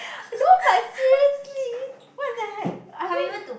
I know but seriously what the hack I mean